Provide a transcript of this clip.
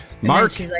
Mark